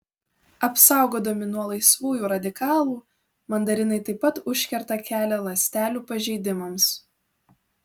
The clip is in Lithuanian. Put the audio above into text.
apsaugodami nuo laisvųjų radikalų mandarinai taip pat užkerta kelią ląstelių pažeidimams